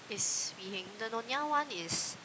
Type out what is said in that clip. is Swee-Heng the Nyonya one is